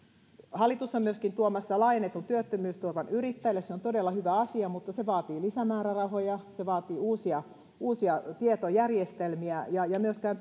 hallitus on myöskin tuomassa laajennetun työttömyysturvan yrittäjille se on todella hyvä asia mutta se vaatii lisämäärärahoja se vaatii uusia uusia tietojärjestelmiä ja ja myöskään